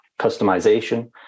customization